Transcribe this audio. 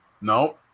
No